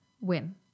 win